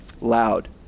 Loud